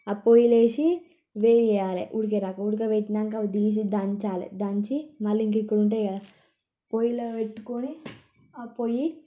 పోయేలేసి వేయాలి ఉడికే దాకా ఉడకబెట్టినాంక అవి తీసి దంచాలే దంచి ఇక్కడ ఉంటాయి కదా పోయిలో పెట్టుకొని ఆ పొయ్యి